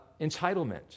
entitlement